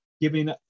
giving